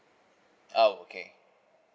oh okay